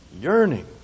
yearning